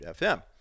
FM